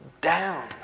down